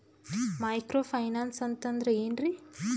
Micro finance ಅಂತಂದ್ರ ಏನ್ರೀ?